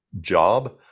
job